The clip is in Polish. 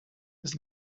jest